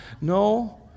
No